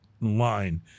line